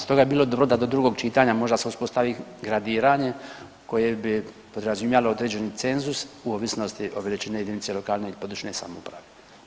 Stoga bi bilo dobro da do drugog čitanja možda se uspostavi gradiranje koje bi podrazumijevalo određeni cenzus u ovisnosti od veličine jedinice lokalne i područne samouprave.